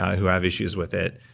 who have issues with it,